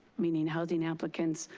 meaning housing applicants,